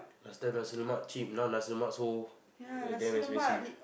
last time nasi-lemak cheap now nasi-lemak so damn expensive